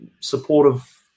supportive